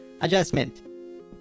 Adjustment